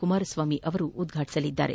ಕುಮಾರಸ್ವಾಮಿ ಉದ್ಘಾಟಿಸಲಿದ್ದಾರೆ